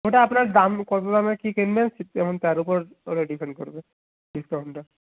ওটা আপনার দাম কত দামের কী কিনবেন এমন তার উপর ওটা ডিপেন্ড করবে ডিসকাউন্টটা